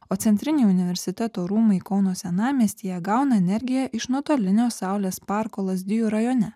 o centriniai universiteto rūmai kauno senamiestyje gauna energiją iš nuotolinio saulės parko lazdijų rajone